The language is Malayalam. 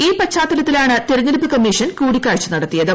ഈ പശ്ചാത്തലത്തിലാണ് തെരഞ്ഞെടുപ്പു് കമ്മീഷൻ കൂടിക്കാഴ്ച നടത്തിയത്